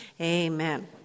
Amen